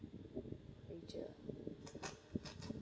leisure